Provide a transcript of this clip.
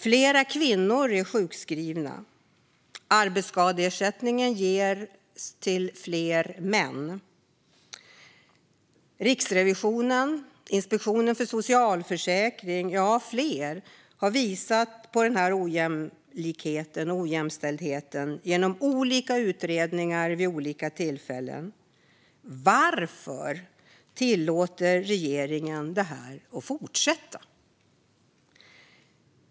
Fler kvinnor är sjukskrivna, men arbetsskadeersättningen ges till fler män. Riksrevisionen, Inspektionen för socialförsäkringen och fler har visat på den här ojämlikheten och ojämställdheten genom olika utredningar vid olika tillfällen. Varför tillåter regeringen det här att fortsätta?